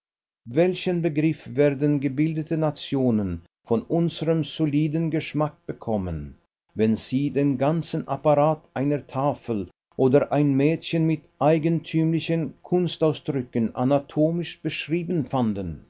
welchen begriff werden gebildete nationen von unserem soliden geschmack bekommen wenn sie den ganzen apparat einer tafel oder ein mädchen mit eigentümlichen kunstausdrücken anatomisch beschrieben fanden